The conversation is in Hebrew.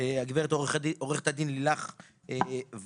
את עורכת הדין לילך וגנר,